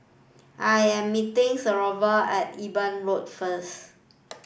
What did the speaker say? I am meeting Severo at Eben Road first